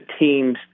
teams